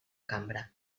cambra